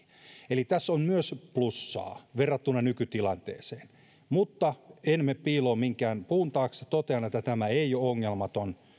eli tässä on myös plussaa verrattuna nykytilanteeseen mutta en mene piiloon minkään puun taakse totean että tämä ei ole ongelmaton